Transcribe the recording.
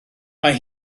mae